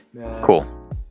Cool